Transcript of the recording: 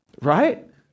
Right